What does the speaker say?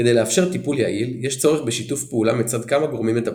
כדי לאפשר טיפול יעיל יש צורך בשיתוף פעולה מצד כמה גורמים מטפלים,